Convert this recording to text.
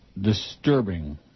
disturbing